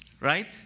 Right